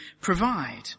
provide